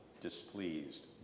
displeased